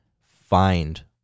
find